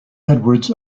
edwards